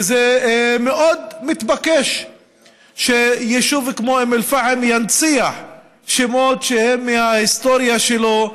וזה מאוד מתבקש שיישוב כמו אום אל-פחם ינציח שמות שהם מההיסטוריה שלו,